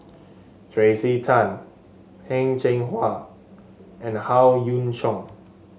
Tracey Tan Heng Cheng Hwa and Howe Yoon Chong